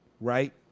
Right